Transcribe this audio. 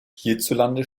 hierzulande